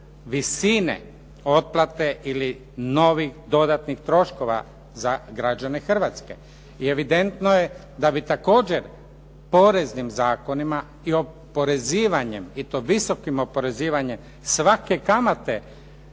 visine otplate ili novih dodatnih troškova za građane Hrvatske. I evidentno je da bi također poreznim zakonima i oporezivanjem, i to visokim oporezivanjem svake kamate